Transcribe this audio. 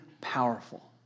powerful